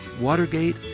Watergate